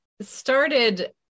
started